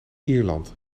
ierland